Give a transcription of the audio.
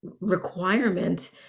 requirement